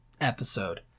episode